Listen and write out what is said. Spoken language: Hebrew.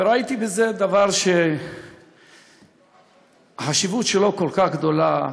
וראיתי בזה דבר שהחשיבות שלו כל כך גדולה,